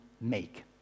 make